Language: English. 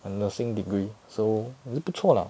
a nursing degree so 不错 lah